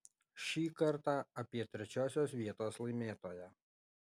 šį kartą apie trečiosios vietos laimėtoją